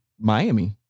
Miami